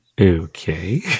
Okay